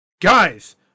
Guys